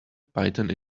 python